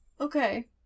Okay